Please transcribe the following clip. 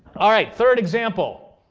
all right, third example.